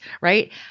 right